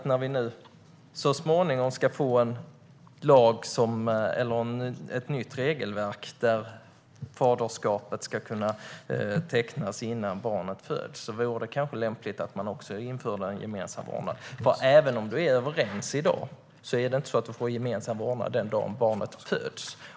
När vi så småningom får ett nytt regelverk, där faderskapet ska kunna tecknas innan barnet föds, vore det kanske lämpligt att också införa gemensam vårdnad, för även om man är överens i dag är det inte så att man får gemensam vårdnad den dagen barnet föds.